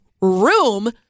room